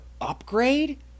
Upgrade